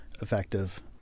effective